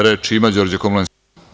Reč ima Đorđe Komlenski.